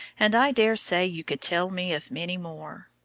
and i daresay you could tell me of many more.